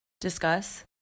discuss